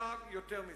יותר מזה: